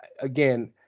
again